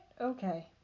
Okay